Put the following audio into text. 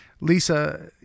Lisa